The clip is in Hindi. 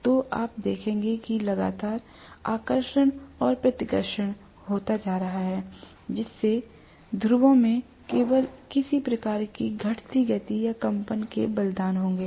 तो आप देखेंगे कि लगातार आकर्षण और प्रतिकर्षण हो रहा है और इससे ध्रुवों में केवल किसी प्रकार की घटती गति या कंपन के बलिदान होगे